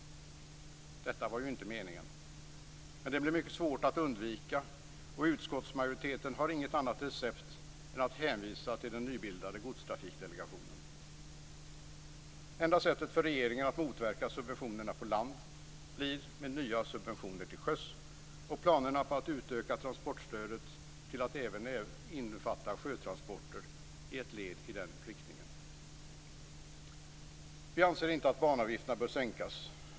Detta var ju inte meningen, men det blir mycket svårt att undvika. Utskottsmajoriteten har inget annat recept än att hänvisa till den nybildade Godstrafikdelegationen. Enda sättet för regeringen att motverka subventionerna på land blir med nya subventioner till sjöss, och planerna på att utöka transportstödet till att även omfatta sjötransporter är ett led i den riktningen. Vi anser inte att banavgifterna bör sänkas.